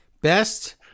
best